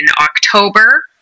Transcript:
October